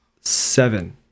seven